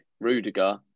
Rudiger